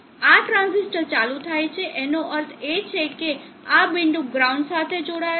આ ટ્રાંઝિસ્ટર ચાલુ થાય છે જેનો અર્થ છે કે આ બિંદુ ગ્રાઉન્ડ સાથે જોડાયેલ છે